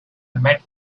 met